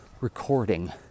recording